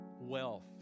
wealth